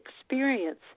experience